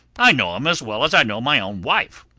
i know him as well as i know my own wife